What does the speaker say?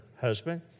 husband